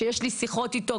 שיש לי שיחות איתו,